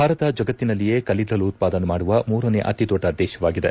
ಭಾರತ ಜಗತ್ತಿನಲ್ಲಿಯೇ ಕಲ್ಲಿದ್ದಲು ಉತ್ಪಾದನೆ ಮಾಡುವ ಮೂರನೇ ಅತಿದೊಡ್ಡ ದೇಶವಾಗಿದೆ